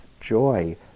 joy